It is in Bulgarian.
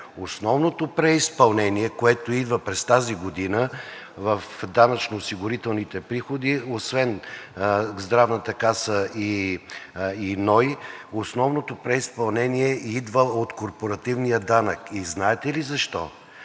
Основното преизпълнение, което идва през тази година в данъчно-осигурителните приходи освен Здравната каса и НОИ, основното преизпълнение идва от корпоративния данък и знаете ли защо?